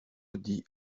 dit